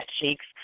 cheeks